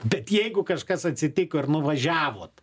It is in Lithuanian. bet jeigu kažkas atsitiko ir nuvažiavot